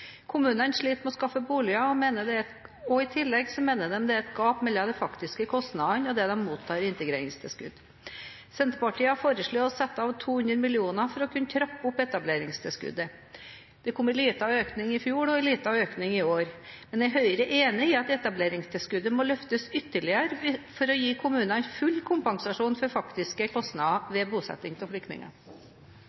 Kommunene sliter med å skaffe boliger, og i tillegg mener de det er et gap mellom de faktiske kostnadene og det de mottar i integreringstilskudd. Senterpartiet har foreslått å sette av 200 mill. kr for å kunne trappe opp integreringstilskuddet. Det kom en liten økning i fjor og en liten økning i år. Er Høyre enig i at integreringstilskuddet må løftes ytterligere for å gi kommunene full kompensasjon for faktiske kostnader